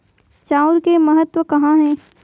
चांउर के महत्व कहां हे?